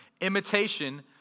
Imitation